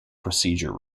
procedure